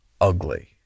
ugly